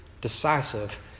decisive